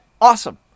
awesome